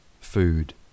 food